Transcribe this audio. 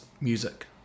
music